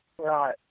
right